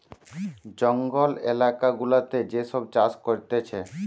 জঙ্গল এলাকা গুলাতে যে সব চাষ করতিছে